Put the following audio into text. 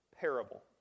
parable